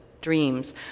dreams